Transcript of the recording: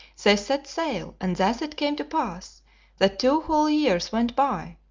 they set sail, and thus it came to pass that two whole years went by,